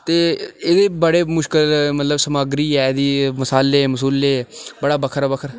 ते एह्दे बड़े मुश्कल मतलब सम'ग्गरी ऐ एह्दी मसाले मसूले बड़ा बक्खरा बक्खरा